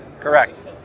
Correct